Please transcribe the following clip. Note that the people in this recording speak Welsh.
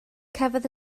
cafodd